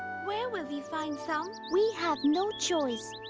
where will we find some? we have no choice.